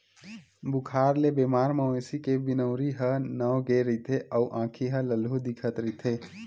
बुखार ले बेमार मवेशी के बिनउरी ह नव गे रहिथे अउ आँखी ह ललहूँ दिखत रहिथे